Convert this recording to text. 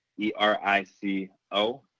E-R-I-C-O